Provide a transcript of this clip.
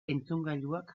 entzungailuak